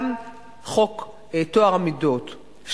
גם חוק טוהר המידות,